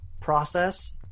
process